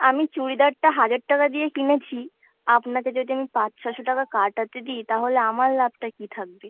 আমি চুড়িদারটা হাজার টাকা দিয়ে কিনেছি আপনাকে যদি আমি পাঁচ ছশো টাকা কাটাতে দিই তাহলে আমার লাভটা কী থাকবে